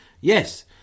Yes